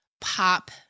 pop